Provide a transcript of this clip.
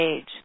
age